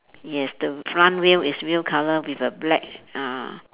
yes the front wheel is wheel colour with black uh